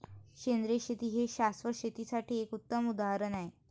सेंद्रिय शेती हे शाश्वत शेतीसाठी एक उत्तम उदाहरण आहे